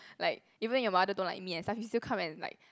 like even your mother don't like me and stuff you still come and like